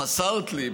חסרת לי,